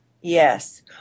Yes